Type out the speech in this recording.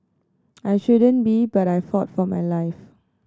I shouldn't be but I fought for my life